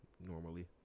normally